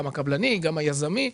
גם הקבלני וגם היזמי.